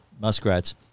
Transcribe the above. muskrats